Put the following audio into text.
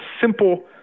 simple